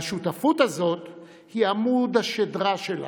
השותפות הזאת היא עמוד השדרה שלנו,